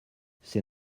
c’est